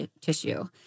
tissue